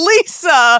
Lisa